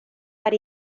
per